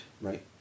Right